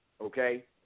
okay